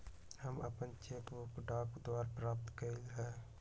हम अपन cheque book डाक द्वारा प्राप्त कईली ह